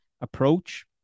approach